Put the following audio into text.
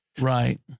right